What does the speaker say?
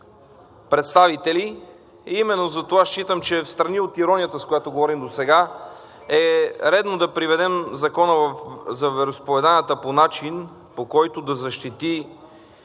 претенции към нещо. Именно затова считам, че встрани от иронията, с която говорим досега, е редно да приведем Закона за вероизповеданията по начин, по който да защити